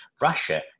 Russia